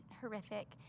horrific